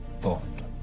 Bond